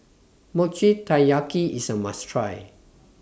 Mochi Taiyaki IS A must Try